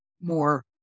more